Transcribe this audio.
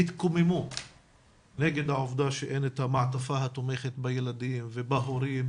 התקוממו נגד העובדה שאין את המעטפה התומכת בילדים ובהורים